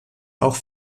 auch